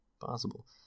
possible